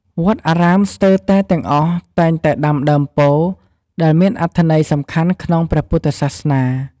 វត្តអារាមស្ទើរតែទាំងអស់តែងតែដាំដើមពោធិ៍ ដែលមានអត្ថន័យសំខាន់ក្នុងព្រះពុទ្ធសាសនា។